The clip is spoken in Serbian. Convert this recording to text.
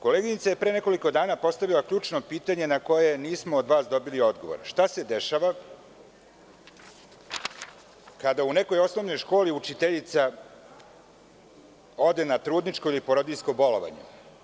Koleginica je pre nekoliko dana postavila ključno pitanje na koje nismo od vas dobili odgovor – šta se dešava kada u nekoj osnovnoj školi učiteljica ode na trudničko ili porodiljsko bolovanje?